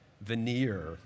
veneer